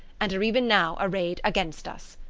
and are even now arrayed against us.